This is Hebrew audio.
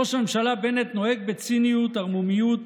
ראש הממשלה בנט נוהג בציניות, ערמומיות,